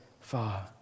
far